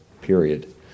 period